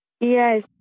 Yes